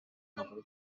novel